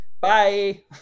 Bye